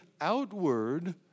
outward